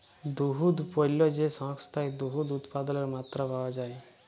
দুহুদ পল্য যে সংস্থায় দুহুদ উৎপাদলের মাত্রা পাউয়া যায়